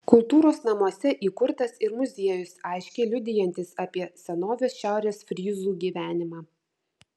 kultūros namuose įkurtas ir muziejus aiškiai liudijantis apie senovės šiaurės fryzų gyvenimą